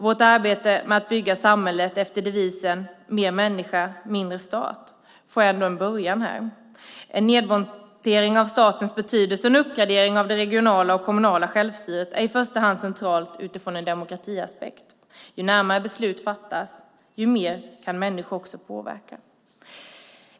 Vårt arbete med att bygga samhället efter devisen "mer människa, mindre stat" får ändå en början här. En nedmontering av statens betydelse och en uppgradering av det regionala och kommunala självstyret är i första hand centralt utifrån en demokratiaspekt. Ju närmare besluten fattas, desto mer kan människor påverka.